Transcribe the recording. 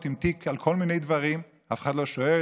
עם תיק על כל מיני דברים אף אחד לא שואל: